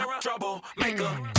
Troublemaker